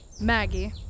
Maggie